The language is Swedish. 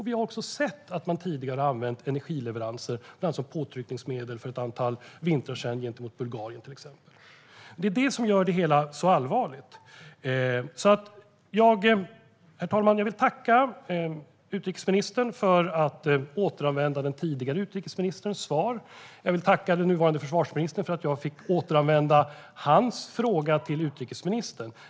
Vi har också sett att man tidigare har använt energileveranser bland annat som påtryckningsmedel för ett antal vintrar sedan gentemot till exempel Bulgarien. Det är vad som gör det hela så allvarligt. Herr talman! Jag vill tacka utrikesministern för att hon återanvände den tidigare utrikesministerns svar. Jag vill tacka den nuvarande försvarsministern för att jag fick återanvända hans fråga till utrikesministern.